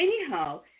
anyhow